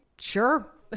Sure